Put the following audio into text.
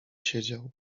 siedział